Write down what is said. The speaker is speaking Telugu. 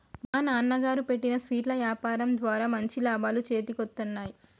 మా నాన్నగారు పెట్టిన స్వీట్ల యాపారం ద్వారా మంచి లాభాలు చేతికొత్తన్నయ్